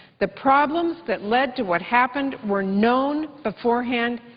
the problems that led to what happened were known beforehand.